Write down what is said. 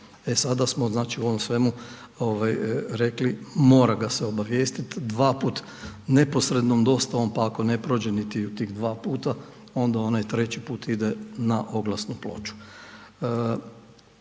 sada smo znači u ovom svemu rekli, mora ga se obavijestiti dva puta neposrednom dostavom pa ako ne prođe niti u tih dva puta onda onaj treći put ide na oglasnu ploču.